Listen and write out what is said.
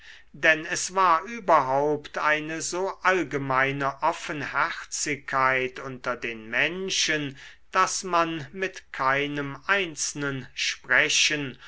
denn es war überhaupt eine so allgemeine offenherzigkeit unter den menschen daß man mit keinem einzelnen sprechen